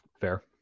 Fair